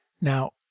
Now